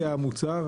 המוצר.